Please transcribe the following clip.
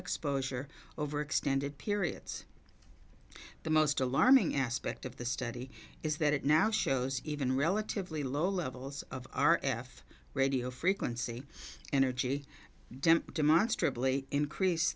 exposure over extended periods the most alarming aspect of the study is that it now shows even relatively low levels of r f radio frequency energy